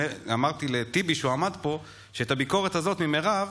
אמרתי לטיבי כשהוא עמד פה שאת הביקורת הזאת ממירב,